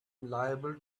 liable